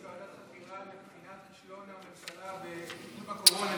ועדת חקירה לבחינת כישלון הממשלה בטיפול בקורונה,